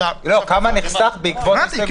לא, כמה נחסך בעקבות זה.